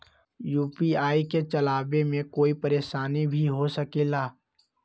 UPI के चलावे मे कोई परेशानी भी हो सकेला?